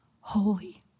holy